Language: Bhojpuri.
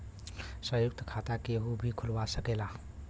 संयुक्त खाता केहू भी खुलवा सकेला